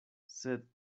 sed